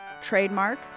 Trademark